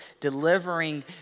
delivering